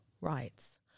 rights